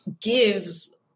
gives